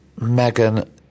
Megan